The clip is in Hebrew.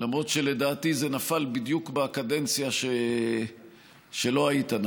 למרות שלדעתי זה נפל בדיוק בקדנציה שלא היית,